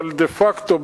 אבל דה-פקטו,